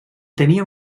tenia